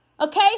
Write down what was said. Okay